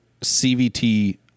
CVT